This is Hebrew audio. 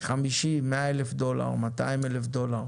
חמישים מאה אלף דולר, מאתיים אלף דולר,